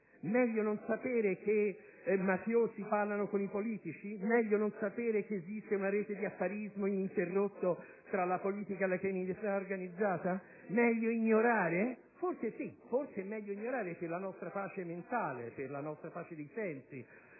meglio non sapere che i mafiosi parlano con i politici? E meglio non sapere che esiste una rete di affarismo ininterrotto tra la politica e la criminalità organizzata? Meglio ignorare? Forse sì, forse è meglio ignorare per la nostra pace mentale, per la nostra pace dei sensi,